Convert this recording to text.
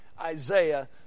Isaiah